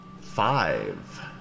Five